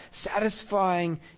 satisfying